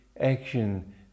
action